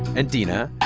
and, dina,